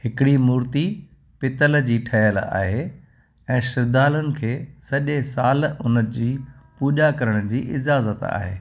हिकिड़ी मूर्ती पितल जी ठहियल आहे ऐं श्रद्धालुअनि खे सॼे साल उन जी पूॼा करण जी इजाज़त आहे